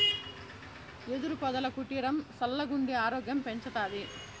యెదురు పొదల కుటీరం సల్లగుండి ఆరోగ్యం పెంచతాది